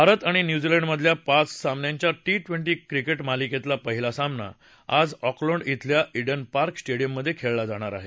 भारत आणि न्यूझीलंडमधल्या पाच सामन्यांच्या टी ट्रोंटी क्रिकेट मालिकेतला पहिला सामना आज ऑकलंड ब्रिल्या ईडन पार्क स्टेडिअममधे खेळला जाणार आहे